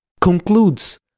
concludes